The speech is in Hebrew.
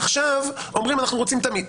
עכשיו אומרים שרוצים תמיד.